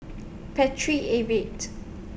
Paltry Avid